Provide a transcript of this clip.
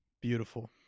Beautiful